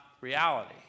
reality